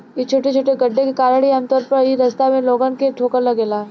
इ छोटे छोटे गड्ढे के कारण ही आमतौर पर इ रास्ता में लोगन के ठोकर लागेला